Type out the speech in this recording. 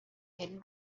hidden